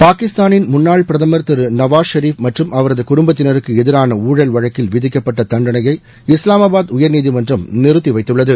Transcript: பாகிஸ்தானின் முன்னாள் பிரதமர் திரு நவாஸ் ஷெரீப் மற்றும அவரது குடும்பத்தினருக்கு எதிரான ஊழல் வழக்கில் விதிக்கப்பட்ட தண்டனையை இஸ்லாமாபாத் உயர்நீதிமன்றம் நிறுத்திவைத்துள்ளது